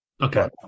okay